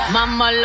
Mama